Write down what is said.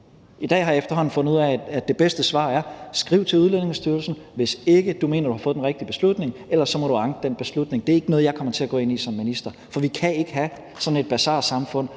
I dag har jeg efterhånden fundet ud af, at det bedste svar er: Skriv til Udlændingestyrelsen, hvis du ikke mener, de har taget den rigtige beslutning. Ellers må du anke den beslutning. Det er ikke noget, jeg kommer til at gå ind i som minister. For vi kan ikke have sådan et bazarsamfund,